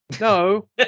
No